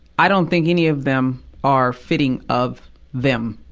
i don't think any of them are fitting of them.